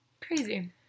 Crazy